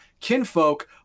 Kinfolk